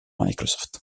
microsoft